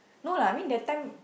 no lah I mean that time